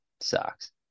sucks